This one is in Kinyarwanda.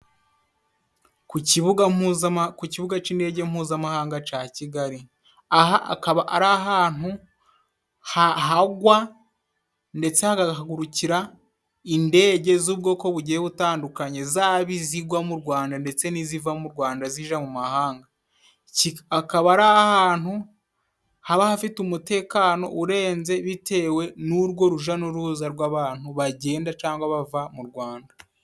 ku kibuga cy'indege mpuzamahanga cya kigali. Aha akaba ari ahantu hagwa ndetse hagahagurukira indege z'ubwoko bugiye butandukanye, zaba izigwa mu Rwanda ndetse n'iziva mu Rwanda zijya mu mahanga. Akaba ari ahantu haba hafite umutekano urenze, bitewe n'urwo rujya n'uruza rw'abantu, bagenda cyangwa bava mu Rwanda.